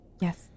Yes